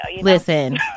listen